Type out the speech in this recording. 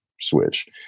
switch